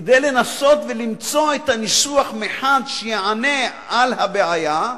כדי לנסות ולמצוא את הניסוח שמחד יענה על הבעיה,